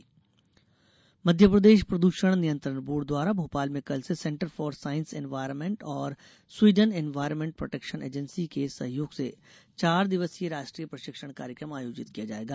राष्ट्रीय प्रशिक्षण मध्यप्रदेश प्रदूषण नियंत्रण बोर्ड द्वारा भोपाल में कल से सेंटर फॉर साइंस एनवायरनमेंट और स्वीडन एनवायरनमेंट प्रोटेक्शन एजेंसी के सहयोग से चार दिवसीय राष्ट्रीय प्रशिक्षण कार्यक्रम आयोजित किया जाएगा